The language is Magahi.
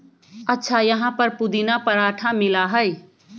अच्छा यहाँ पर पुदीना पराठा मिला हई?